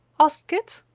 asked kit.